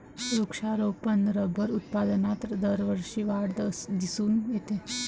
वृक्षारोपण रबर उत्पादनात दरवर्षी वाढ दिसून येते